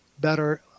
better